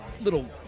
little